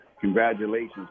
congratulations